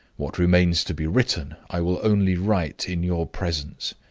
what remains to be written, i will only write in your presence.